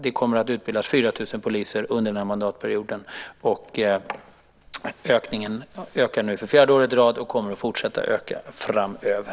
Det kommer att utbildas 4 000 poliser under den här mandatperioden. Det är en ökning för fjärde året i rad, och det kommer att fortsätta att öka framöver.